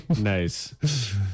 Nice